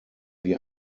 wir